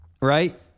Right